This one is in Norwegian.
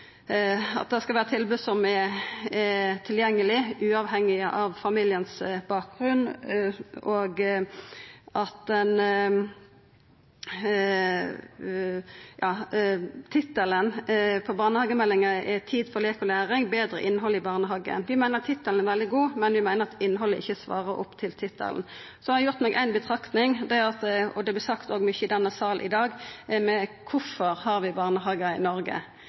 læra. Så skal vi ha tilbod som er tilgjengelege, uavhengig av familiebakgrunn. Tittelen på barnehagemeldinga er «Tid for lek og læring – Bedre innhold i barnehagen». Vi meiner at tittelen er veldig god, men at innhaldet ikkje lever opp til tittelen. Eg har gjort meg éi betraktning – det har òg vore sagt mykje om det i denne salen i dag, nemleg: Kvifor har vi barnehagar i Noreg?